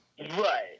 Right